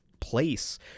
place